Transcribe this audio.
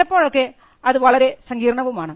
ചിലപ്പോഴൊക്കെ അത് വളരെ സങ്കീർണവുമാണ്